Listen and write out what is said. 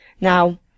Now